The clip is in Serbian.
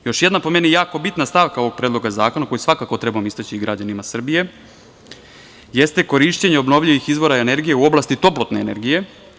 Još jedna, po meni, jako bitna stavka ovog predloga zakona koji svakako trebamo istaći građanima Srbije jeste korišćenje obnovljivih izvora energije u oblasti toplotne energije.